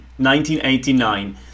1989